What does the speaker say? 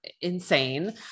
insane